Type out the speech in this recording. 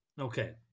Okay